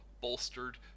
bolstered